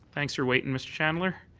thanks for waiting, mr. chandler.